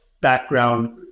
background